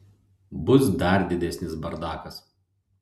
bus dar didesnis bardakas